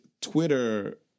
Twitter